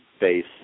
base